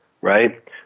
right